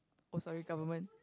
oh sorry government